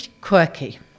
quirky